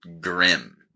grim